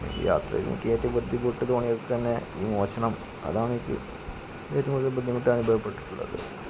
യാത്രയില് എനിക്ക് ഏറ്റവും ബുദ്ധിമുട്ട് തോന്നിയതു തന്നെ ഈ മോഷണം അതാണെനിക്ക് ഏറ്റവും കൂടുതൽ ബുദ്ധിമുട്ടായി അനുഭവപ്പെട്ടിട്ടുള്ളത്